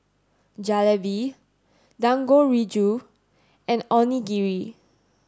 Jalebi Dangojiru and Onigiri